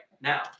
now